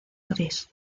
gris